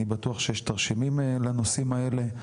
אני בטוח שיש תרשימים לנושאים האלה.